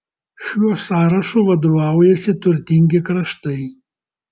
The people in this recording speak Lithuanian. šiuo sąrašu vadovaujasi turtingi kraštai